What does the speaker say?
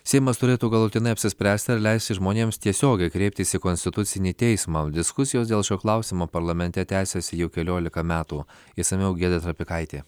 seimas turėtų galutinai apsispręsti ar leisti žmonėms tiesiogiai kreiptis į konstitucinį teismą diskusijos dėl šio klausimo parlamente tęsiasi jau keliolika metų išsamiau giedrė trapikaitė